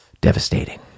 Devastating